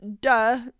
duh